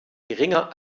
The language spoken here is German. geringer